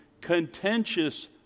contentious